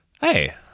hey